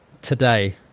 today